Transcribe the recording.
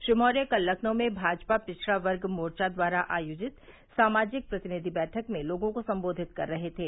श्री मौर्य कल लखनऊ में भाजपा पिछड़ा वर्ग मोर्चा द्वारा आयोजित सामाजिक प्रतिनिधि बैठक में लोगों को संबेधित कर रहे थे